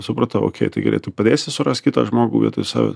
supratau okei tai gerai tai padėsi surast kitą žmogų vietoj sav